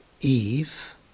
Eve